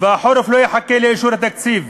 והחורף לא יחכה לאישור התקציב.